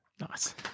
Nice